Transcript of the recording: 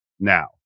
now